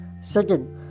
Second